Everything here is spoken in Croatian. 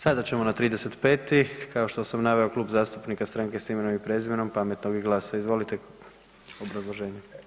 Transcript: Sada ćemo na 35. kao što sam naveo, Kluba zastupnika Stranke s imenom i prezimenom, Pametnog i GLAS-a, izvolite, obrazloženje.